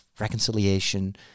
Reconciliation